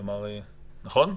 נכון?